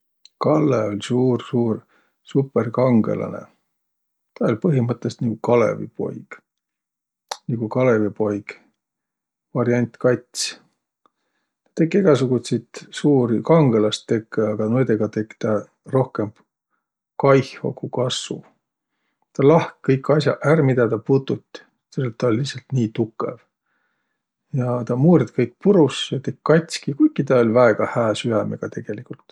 Kallõ oll' suur-suur supõrkangõlanõ. Tä oll' põhimõttõlidsõlt nigu Kalõvipoig. Nigu Kalõvipoig variant kats. Tekk' egäsugutsit suuri kangõlastekõ, a noidõga tekk' tä rohkõmb kaiho ku kassu. Tä lahk' kõik as'aq ärq, midä tä putut', selle et tä oll' lihtsält nii tukõv. Ja tä murd' kõik purus ja tekk' katski, kuiki tä oll' väega hää süämega tegeligult.